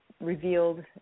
revealed